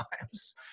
times